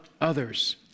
others